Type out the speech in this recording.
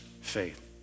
faith